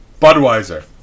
Budweiser